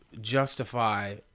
justify